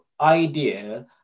idea